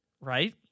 right